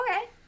okay